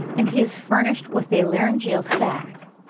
and he is furnished with a laryngeal sack,